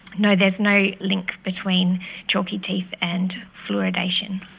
no, there's no link between chalky teeth and fluoridation.